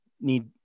need